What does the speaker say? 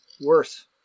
Worse